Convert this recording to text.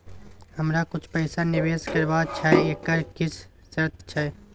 हमरा कुछ पैसा निवेश करबा छै एकर किछ शर्त छै?